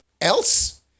Else